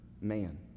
man